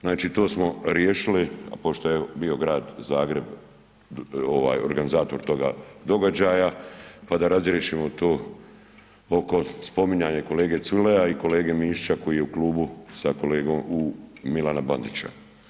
Znači to smo riješili a pošto je bio grad Zagreb organizator toga događaja, pa da razriješimo to oko spominjanja kolege Culeja i kolege Mišića koji je u klubu Milana Bandića.